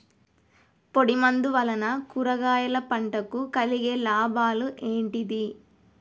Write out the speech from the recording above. పొడిమందు వలన కూరగాయల పంటకు కలిగే లాభాలు ఏంటిది?